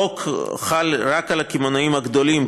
החוק חל רק על הקמעונאים הגדולים,